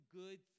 good